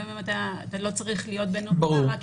ברור.